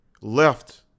left